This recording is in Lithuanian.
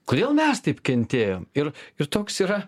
kodėl mes taip kentėjom ir ir toks yra